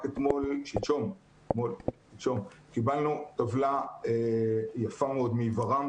רק שלשום קיבלנו טבלה יפה מאוד מוור"מ,